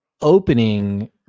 opening